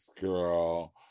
girl